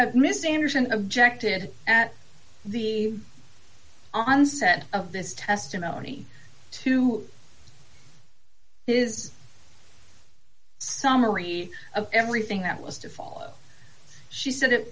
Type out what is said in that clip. at miss anderson objected at the onset of this testimony to is a summary of everything that was to follow she said it